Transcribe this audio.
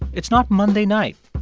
it's not monday night.